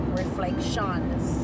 reflections